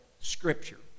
scripture